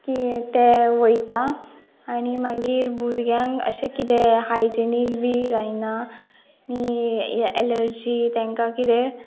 की ते वयता आनी मागीर भुरग्यांक अशें कितें हायजिनीक बी जायना आनी एलर्जी तेंकां किदें